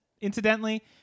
incidentally